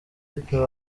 bituma